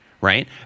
right